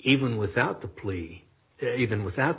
even without the plea even without